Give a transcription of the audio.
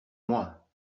moi